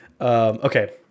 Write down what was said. Okay